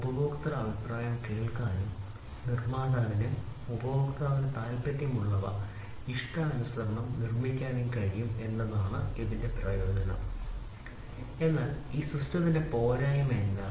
ഉപഭോക്തൃ അഭിപ്രായം കേൾക്കാനും നിർമ്മാതാവിന് ഉപഭോക്താവിന് താൽപ്പര്യമുള്ളവ ഇഷ്ടാനുസൃതമാക്കാനും കഴിയും എന്നതാണ് ഇതിന്റെ പ്രയോജനം എന്നാൽ ഈ സിസ്റ്റത്തിന്റെ പോരായ്മ എന്താണ്